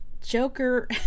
Joker